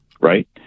right